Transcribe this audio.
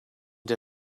der